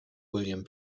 william